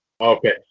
Okay